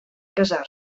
casar